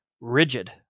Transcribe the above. rigid